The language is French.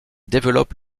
développe